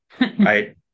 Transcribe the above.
right